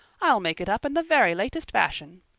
i'll make it up in the very latest fashion,